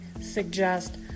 suggest